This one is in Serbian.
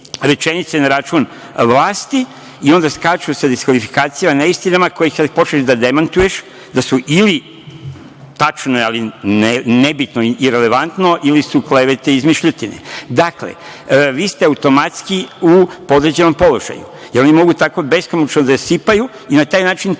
rečenice na račun vlasti, i onda skaču sa diskvalifikacijama, neistinama koje kad počneš da demantuješ da su ili tačne, ali nebitno, irelevantno, ili su klevete i izmišljotine, dakle, vi ste automatski u podređenom položaju. Oni mogu tako beskonačno da sipaju i na taj način truju,